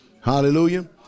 Hallelujah